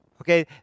Okay